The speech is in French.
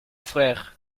frère